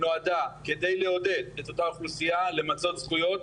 נועדה כדי לעודד את אותה אוכלוסייה למצות זכויות.